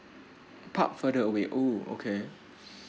park further away oh okay